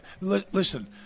listen